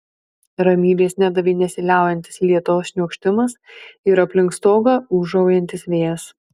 ramybės nedavė nesiliaujantis lietaus šniokštimas ir aplink stogą ūžaujantis vėjas